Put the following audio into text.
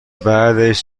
بعدش